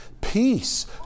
peace